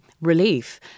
relief